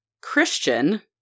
Christian